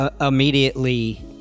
immediately